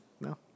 No